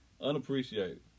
Unappreciated